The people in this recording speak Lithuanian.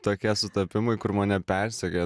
tokie sutapimai kur mane persekioja